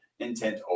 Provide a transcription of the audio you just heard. intent